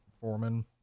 Foreman